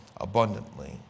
abundantly